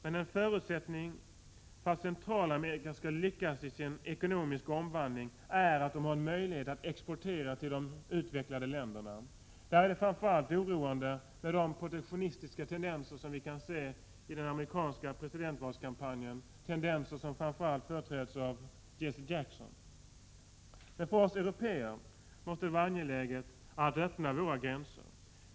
Men en förutsättning för att länderna i Centralamerika skall lyckas i sin ekonomiska omvandling är att de har möjlighet att exportera till de utvecklade länderna. Oroande är då framför allt de protektionistiska tendenser som man kan se i det amerikanska presidentvalet. Det är tendenser som företräds framför allt av Jesse Jackson. För oss européer måste det vara angeläget att öppna våra gränser.